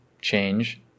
change